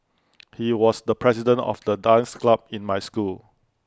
he was the president of the dance club in my school